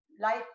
life